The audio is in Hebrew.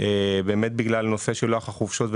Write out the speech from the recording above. זה בגלל נושא לוח החופשות,